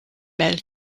mel